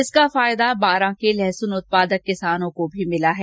इसका फायदा बारां के लहसुन उत्पादक किसानों को भी मिला है